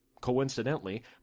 coincidentally